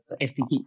SDG